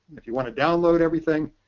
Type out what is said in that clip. if you want to download everything,